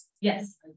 Yes